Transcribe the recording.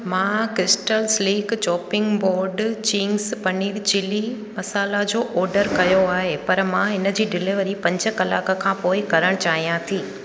मां crystal sleek chopping board Ching's paneer chilli masala जो order कयो आहे पर मां हिनजी डिलीवरी पंज कलाक खां पोइ ई करणु चाहियां थी